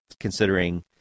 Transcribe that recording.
considering